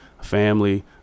family